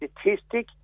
statistic